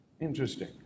Interesting